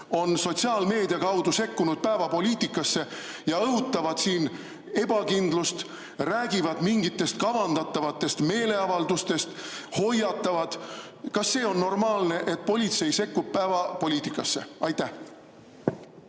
on sotsiaalmeedia kaudu sekkunud päevapoliitikasse ja õhutavad siin ebakindlust, räägivad mingitest kavandatavatest meeleavaldustest, hoiatavad? Kas see on normaalne, et politsei sekkub päevapoliitikasse?